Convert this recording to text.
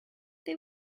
they